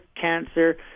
cancer